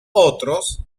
otros